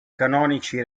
canonici